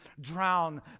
drown